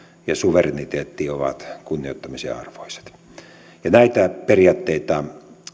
ja suvereniteetti ovat kunnioittamisen arvoiset näitä periaatteita